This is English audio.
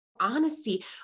honesty